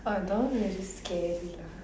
oh don't really scare me lah